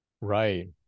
right